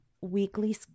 weekly